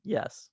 Yes